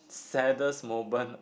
saddest moment